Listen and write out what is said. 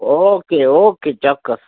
okay okay ચોક્કસ